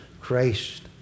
Christ